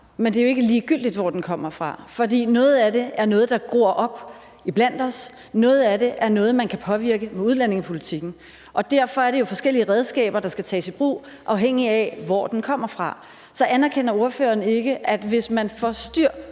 men det er jo ikke ligegyldigt, hvor den kommer fra, for noget af det er noget, der gror op iblandt os; noget af det er noget, man kan påvirke ved udlændingepolitikken. Derfor er det jo forskellige redskaber, der skal tages i brug, afhængigt af hvor den kommer fra. Så anerkender ordføreren ikke, at hvis man får styr